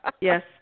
Yes